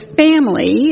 family